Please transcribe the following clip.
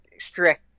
strict